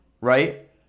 right